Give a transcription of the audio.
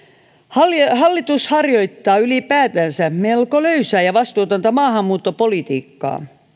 hallitus hallitus harjoittaa ylipäätänsä melko löysää ja vastuutonta maahanmuuttopolitiikkaa